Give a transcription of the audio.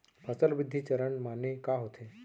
फसल वृद्धि चरण माने का होथे?